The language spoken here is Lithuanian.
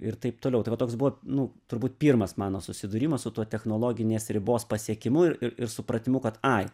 ir taip toliau tai va toks buvo nu turbūt pirmas mano susidūrimas su tuo technologinės ribos pasiekimu ir ir supratimu kad ai